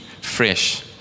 fresh